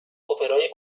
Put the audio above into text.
اپرای